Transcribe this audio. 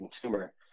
consumer